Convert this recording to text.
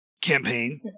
campaign